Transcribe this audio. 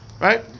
Right